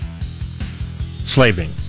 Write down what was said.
Slaving